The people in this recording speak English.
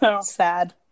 Sad